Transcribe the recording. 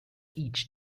each